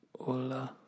Hola